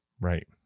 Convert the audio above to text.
Right